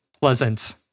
pleasant